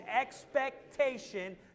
expectation